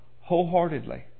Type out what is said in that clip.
wholeheartedly